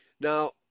Now